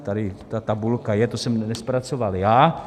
Tady ta tabulka je, to jsem nezpracoval já.